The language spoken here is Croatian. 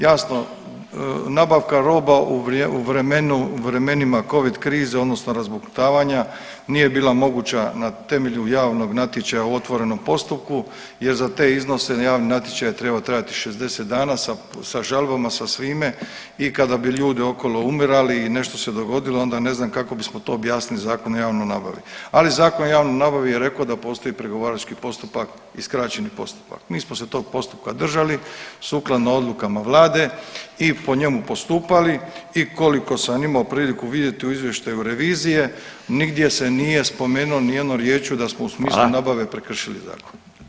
Jasno nabavka roba u vremenu, vremenima covid krize odnosno razbuktavanja nije bila moguća na temelju javnog natječaja u otvorenom postupku jer za te iznose javni natječaj je trebao trajati 60 dana sa žalbama, sa svime i kada bi ljudi okolo umirali i nešto se dogodilo onda ne znam kako bismo to objasnili Zakonom o javnoj nabavi, ali Zakon o javnoj nabavi je reko da postoji pregovarački postupak i skraćeni postupak, mi smo se tog postupka držali sukladno odlukama vlade i po njemu postupali i koliko sam imao priliku vidjeti u izvještaju revizije nigdje se nije spomenulo ni jednom riječju da smo u smislu nabave prekršili zakon.